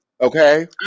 okay